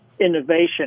innovation